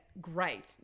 great